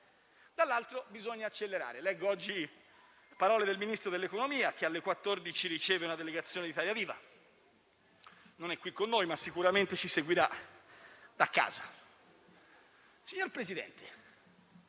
canto, bisogna accelerare. Leggo oggi le parole del Ministro dell'economia, che alle 14 riceverà una delegazione di Italia Viva, che non è qui con noi ma sicuramente ci seguirà da casa.